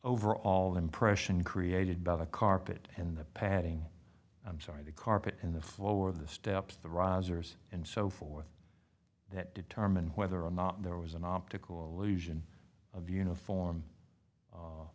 overall impression created by the carpet and the padding i'm sorry the carpet in the floor the steps the risers and so forth that determine whether or not there was an optical illusion of uniform